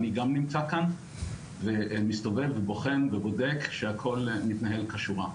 אני גם נמצא כאן ומסתובב ובוחן ובודק שהכול מתנהל כשורה.